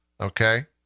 Okay